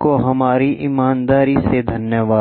को हमारी ईमानदारी से धन्यवाद